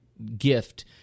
Gift